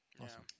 Awesome